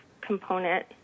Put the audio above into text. component